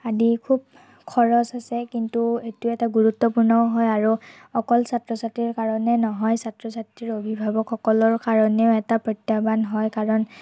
আদি খুব খৰচ আছে কিন্তু এইটো এটা গুৰুত্বপূৰ্ণও হয় আৰু অকল ছাত্ৰ ছাত্ৰীৰ কাৰণে নহয় ছাত্ৰ ছাত্ৰীৰ অভিভাৱকসকলৰ কাৰণেও এটা প্ৰত্যাহ্বান হয় কাৰণ